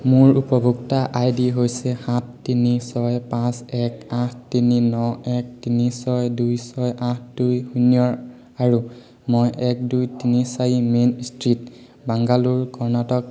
মোৰ উপভোক্তা I D হৈছে সাত তিনি ছয় পাঁচ এক আঠ তিনি ন এক তিনি ছয় দুই ছয় আঠ দুই শূন্য আৰু মই এক দুই তিনি চাৰি মেইন ষ্ট্ৰীট বাংগালোৰ কৰ্ণাটক